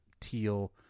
teal